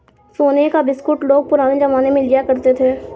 सोने का बिस्कुट लोग पुराने जमाने में लिया करते थे